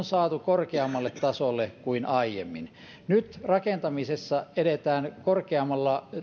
saatu korkeammalle tasolle kuin aiemmin nyt rakentamisessa edetään tuotantoluvuissa korkeammalla